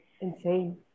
Insane